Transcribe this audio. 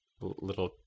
little